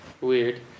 Weird